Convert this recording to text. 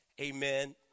Amen